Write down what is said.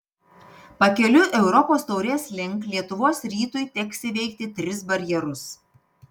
pakeliui europos taurės link lietuvos rytui teks įveikti tris barjerus